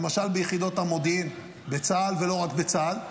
למשל ביחידות המודיעין בצה"ל ולא רק בצה"ל,